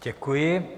Děkuji.